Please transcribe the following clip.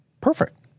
Perfect